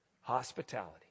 hospitality